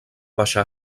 baixar